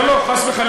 לא, לא, חס וחלילה.